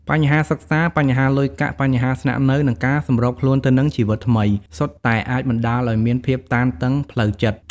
បញ្ហាសិក្សា បញ្ហាលុយកាក់ បញ្ហាស្នាក់នៅ និងការសម្របខ្លួនទៅនឹងជីវិតថ្មី សុទ្ធតែអាចបណ្ដាលឲ្យមានភាពតានតឹងផ្លូវចិត្ត។